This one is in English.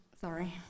sorry